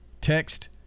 Text